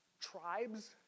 tribes